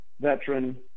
veteran